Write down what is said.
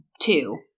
two